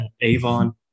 avon